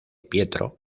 pietro